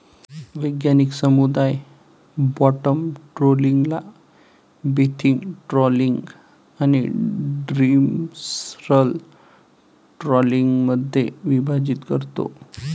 वैज्ञानिक समुदाय बॉटम ट्रॉलिंगला बेंथिक ट्रॉलिंग आणि डिमर्सल ट्रॉलिंगमध्ये विभाजित करतो